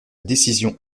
décision